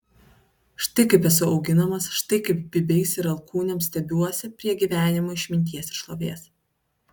štai kaip esu auginamas štai kaip bybiais ir alkūnėm stiebiuosi prie gyvenimo išminties ir šlovės